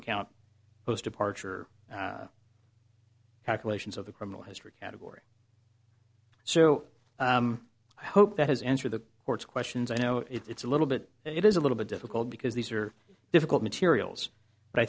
account those departure calculations of the criminal history category so i hope that has entered the courts questions i know it's a little bit it is a little bit difficult because these are difficult materials but i